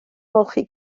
ymolchi